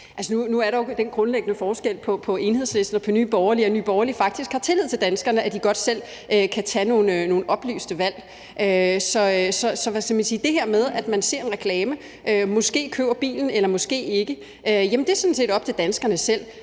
nu er der jo den grundlæggende forskel på Enhedslisten og Nye Borgerlige, at Nye Borgerlige faktisk har tillid til, at danskerne godt selv kan tage nogle oplyste valg. Så i forhold til det her med, at man ser en reklame og måske køber bilen eller måske ikke gør, siger vi, at det sådan set er op til danskerne selv,